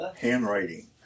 handwriting